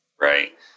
Right